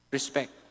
Respect